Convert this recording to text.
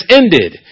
ended